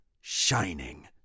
shining